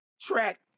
Track